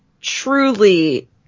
truly –